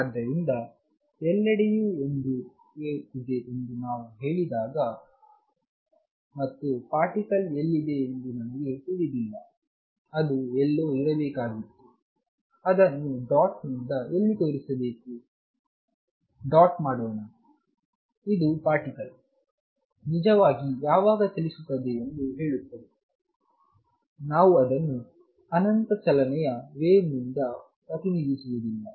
ಆದ್ದರಿಂದ ಎಲ್ಲೆಡೆಯೂ ಒಂದು ವೇವ್ ಇದೆ ಎಂದು ನಾವು ಹೇಳಿದಾಗ ಮತ್ತು ಪಾರ್ಟಿಕಲ್ ಎಲ್ಲಿದೆ ಎಂದು ನನಗೆ ತಿಳಿದಿಲ್ಲ ಅದು ಎಲ್ಲೋ ಇರಬೇಕಾಗಿತ್ತು ಅದನ್ನು ಡಾಟ್ನಿಂದ ಎಲ್ಲಿ ತೋರಿಸಬೇಕು ಡಾಟ್ ಮಾಡೋಣ ಇದು ಪಾರ್ಟಿಕಲ್ ನಿಜವಾಗಿ ಯಾವಾಗ ಚಲಿಸುತ್ತದೆ ಎಂದು ಹೇಳುತ್ತದೆ ನಾವು ಅದನ್ನು ಅನಂತ ಚಲನೆಯ ವೇವ್ನಿಂದ ಪ್ರತಿನಿಧಿಸುವುದಿಲ್ಲ